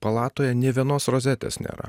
palatoje nė vienos rozetės nėra